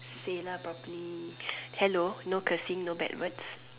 say lah properly hello no cursing no bad words